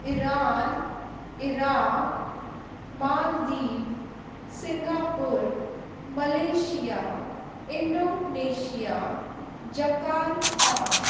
Iran Iraq Maldives Singapore Malaysia Indonesia Jakarta